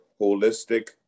holistic